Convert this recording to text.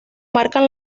marcan